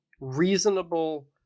reasonable